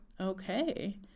Okay